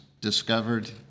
discovered